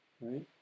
right